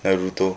naruto